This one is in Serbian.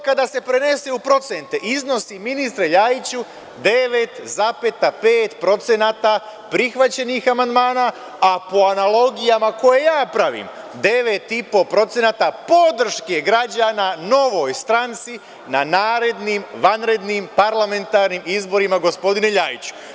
Kada se prenese u procente, to iznosi, ministre Ljajiću, 9,5% prihvaćenih amandmana, a po analogijama koje ja pravim 9,5% podrške građana Novoj stranci na narednim vanrednim parlamentarnim izborima, gospodine Ljajiću.